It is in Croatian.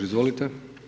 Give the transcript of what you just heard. Izvolite.